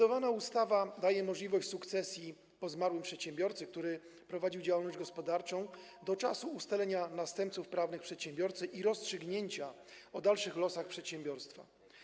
Ustawa, nad którą procedujemy, daje możliwość sukcesji po zmarłym przedsiębiorcy, który prowadził działalność gospodarczą, do czasu ustalenia następców prawnych przedsiębiorcy i rozstrzygnięcia o dalszych losach przedsiębiorstwa.